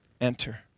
enter